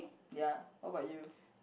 ya what about you